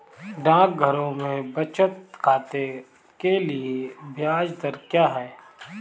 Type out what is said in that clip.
डाकघरों में बचत खाते के लिए ब्याज दर क्या है?